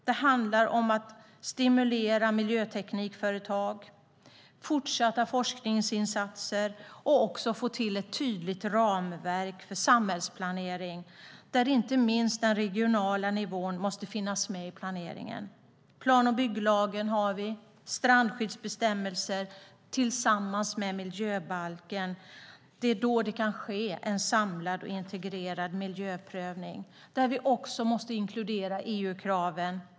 Det handlar om att stimulera miljöteknikföretag, om fortsatta forskningsinsatser och om att få till ett tydligt ramverk för samhällsplanering, där inte minst den regionala nivån måste finnas med i planeringen. Vi har nu plan och bygglagen och strandskyddsbestämmelser tillsammans med miljöbalken. Det är då det kan ske en samlad och integrerad miljöprövning där vi också måste inkludera EU-kraven.